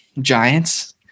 Giants